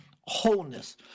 wholeness